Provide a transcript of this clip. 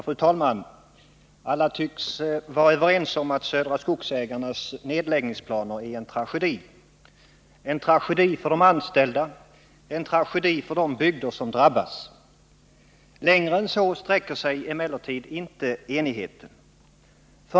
Fru talman! Alla tycks vara överens om att Södra Skogsägarnas nedläggningsplaner är en tragedi för de anställda och för de bygder som drabbas. Längre än så sträcker sig emellertid inte enigheten.